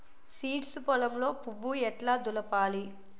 Seeds పొలంలో పువ్వు ఎట్లా దులపాలి?